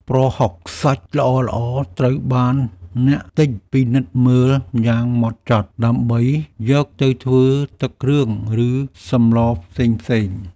ប្រហុកសាច់ល្អៗត្រូវបានអ្នកទិញពិនិត្យមើលយ៉ាងហ្មត់ចត់ដើម្បីយកទៅធ្វើទឹកគ្រឿង ឬសម្លផ្សេងៗ។